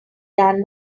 than